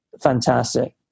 fantastic